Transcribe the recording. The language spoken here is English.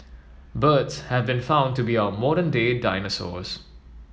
birds have been found to be our modern day dinosaurs